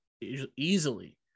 easily